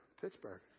Pittsburgh